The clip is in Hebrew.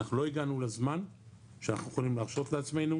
אנחנו לא הגענו לזמן שאנחנו יכולים להרשות לעצמנו'